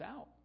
out